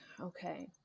okay